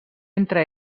entre